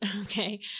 okay